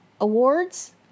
Awards